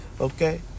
okay